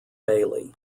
bailey